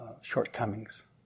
shortcomings